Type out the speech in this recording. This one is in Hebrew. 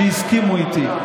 שהסכימו איתי.